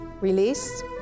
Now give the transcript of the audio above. Release